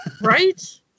right